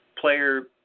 player